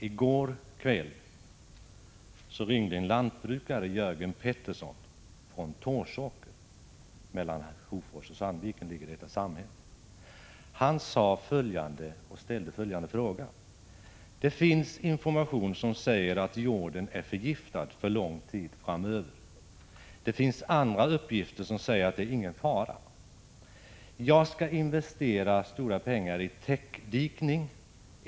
I går kväll ringde nämligen en lantbrukare, Jörgen Pettersson från Torsåker, ett samhälle som ligger mellan Hofors och Sandviken, och sade följande: Det finns information som säger att jorden är förgiftad för lång tid framöver. Enligt andra uppgifter är det ingen fara. Jag skall investera stora summor i täckdikning.